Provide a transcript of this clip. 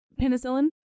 penicillin